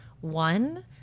One